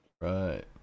right